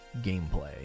Gameplay